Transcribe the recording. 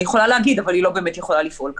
אני יכולה להגיד אבל היא לא באמת יכולה לפעול ככה.